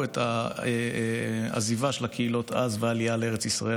את העזיבה של הקהילות והעלייה לארץ ישראל,